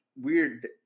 weird